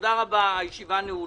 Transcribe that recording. תודה רבה, הישיבה נעולה.